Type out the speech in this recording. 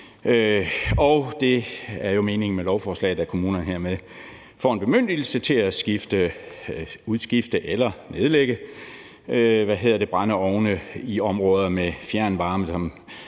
Det er meningen med lovforslaget, at kommunerne hermed får en bemyndigelse til at kræve, at man udskifter eller nedlægger brændeovne i områder, som opvarmes